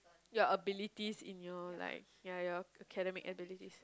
your abilities in your like ya your academic abilities